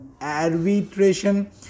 arbitration